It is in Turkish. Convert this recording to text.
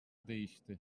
değişti